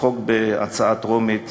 הצעת חוק בקריאה טרומית